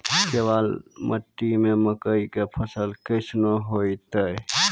केवाल मिट्टी मे मकई के फ़सल कैसनौ होईतै?